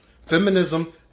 Feminism